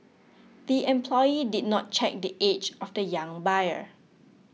the employee did not check the age of the young buyer